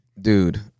dude